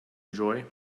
enjoy